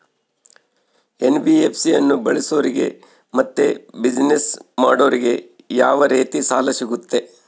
NBFC ಅನ್ನು ಬಳಸೋರಿಗೆ ಮತ್ತೆ ಬಿಸಿನೆಸ್ ಮಾಡೋರಿಗೆ ಯಾವ ರೇತಿ ಸಾಲ ಸಿಗುತ್ತೆ?